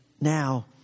now